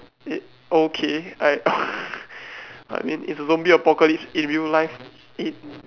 it okay I I mean it's a zombie apocalypse in real life it